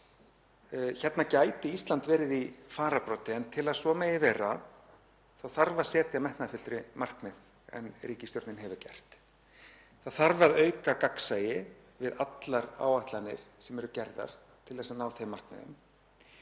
meiri. Hérna gæti Ísland verið í fararbroddi en til að svo megi vera þarf að setja metnaðarfyllri markmið en ríkisstjórnin hefur gert. Auka þarf gagnsæi við allar áætlanir sem eru gerðar til að ná þeim markmiðum